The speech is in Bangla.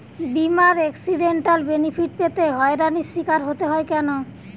বিমার এক্সিডেন্টাল বেনিফিট পেতে হয়রানির স্বীকার হতে হয় কেন?